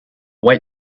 wait